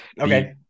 okay